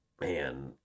Man